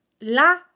la